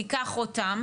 תיקח אותם,